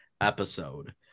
episode